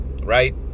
right